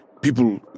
people